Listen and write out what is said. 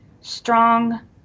strong